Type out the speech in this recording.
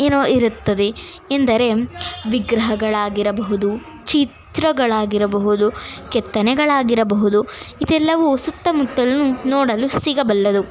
ಏನೋ ಇರುತ್ತದೆ ಎಂದರೆ ವಿಗ್ರಹಗಳಾಗಿರಬಹುದು ಚಿತ್ರಗಳಾಗಿರಬಹುದು ಕೆತ್ತನೆಗಳಾಗಿರಬಹುದು ಇದೆಲ್ಲವೂ ಸುತ್ತಮುತ್ತಲು ನೋಡಲು ಸಿಗಬಲ್ಲದು